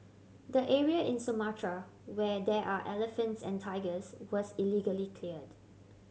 the area in Sumatra where there are elephants and tigers was illegally cleared